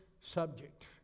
subject